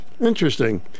Interesting